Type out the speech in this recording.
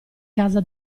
casa